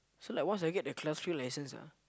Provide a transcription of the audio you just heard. so like once I get the class three licence ah